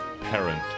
parent